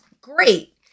Great